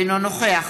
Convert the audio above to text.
אינו נוכח